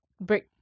break